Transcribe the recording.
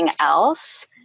else